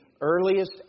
earliest